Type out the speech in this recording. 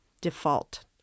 default